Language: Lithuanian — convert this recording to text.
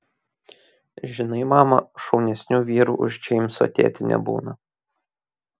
žinai mama šaunesnių vyrų už džeimso tėtį nebūna